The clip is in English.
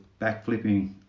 backflipping